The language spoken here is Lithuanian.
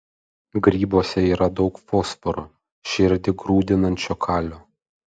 grybuose yra daug fosforo širdį grūdinančio kalio